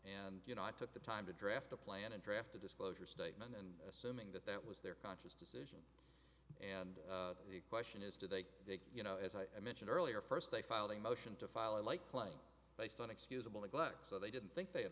and you know i took the time to draft a plan and draft a disclosure statement and assuming that that was their conscious decision and the question is do they you know as i mentioned earlier first they filed a motion to file a lie claim based on excusable neglect so they didn't think they